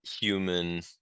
human